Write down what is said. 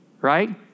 Right